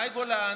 מאי גולן,